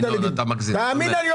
ינון, אתה מגזים.